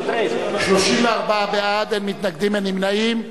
34 בעד, אין מתנגדים, אין נמנעים.